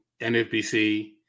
NFBC